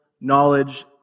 knowledge